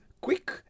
quick